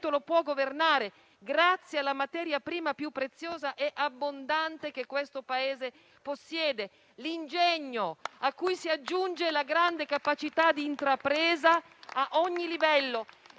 lo può governare, grazie alla materia prima più preziosa e abbondante che questo Paese possiede, che è l'ingegno. All'ingegno si aggiunge la grande capacità di intrapresa a ogni livello: